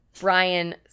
Brian